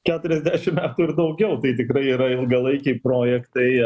keturiasdešim metų ir daugiau tai tikrai yra ilgalaikiai projektai